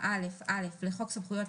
סעיף 20ז(א)(3) לפקודה,